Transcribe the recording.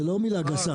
זו לא מילה גסה.